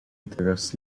uterus